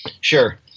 Sure